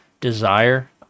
desire